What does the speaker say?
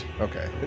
Okay